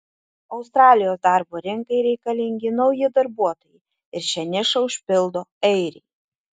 australijos darbo rinkai reikalingi nauji darbuotojai ir šią nišą užpildo airiai